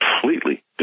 completely